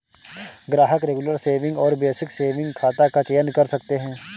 ग्राहक regular saving और basic saving खाता का चयन कर सकते है